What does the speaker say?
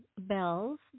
Bells